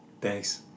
Thanks